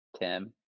tim